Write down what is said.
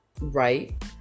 right